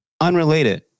Unrelated